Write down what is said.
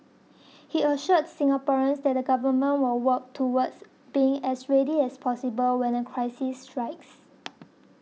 he assured Singaporeans that the government will work towards being as ready as possible when a crisis strikes